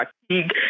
fatigue